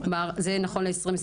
זה נכון ל-2021,